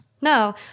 No